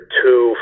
two